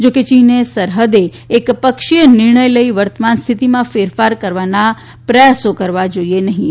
જોકે ચીને સરહદે એકપક્ષીય નિર્ણય લઈને વર્તમાન સ્થિતીમાં ફેરફાર કરવાના પ્રયાસો કરવા જોઈએ નહિં